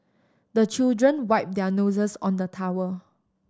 the children wipe their noses on the towel